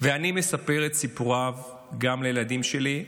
ואני מספר את סיפוריו גם לילדים שלי,